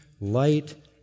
light